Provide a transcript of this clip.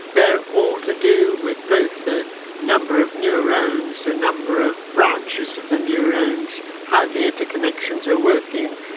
they are all to do with both the number of neurons, the number of branches of the neurons, how the interconnections are working,